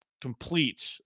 complete